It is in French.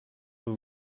veux